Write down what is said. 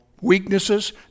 weaknesses